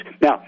Now